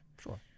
Sure